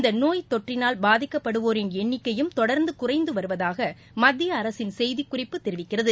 இந்த நோய் தொற்றினால் பாதிக்கப்படுவோரின் எண்ணிக்கையும் தொடர்ந்து குறைந்து வருவதாக மத்திய அரசின் செய்தி குறிப்பு தெரிவிக்கிறது